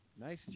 Nice